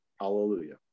hallelujah